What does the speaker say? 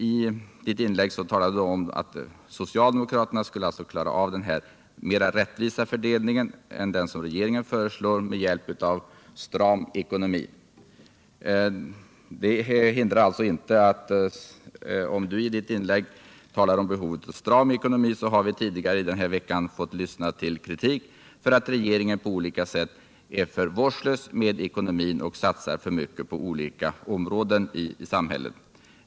I sitt inlägg sade Birgitta Dahl att socialdemokraterna med hjälp av en stram ekonomi skulle klara en mer rättvis fördelning än den regeringen föreslår. Vi har emellertid denna vecka fått lyssna till kritik för att regeringen på olika sätt är för vårdslös med ekonomin och satsar för mycket på olika håll i samhället.